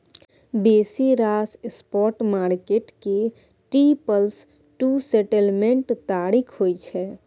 बेसी रास spot market के टी प्लस टू सेटलमेंट्स तारीख होइ छै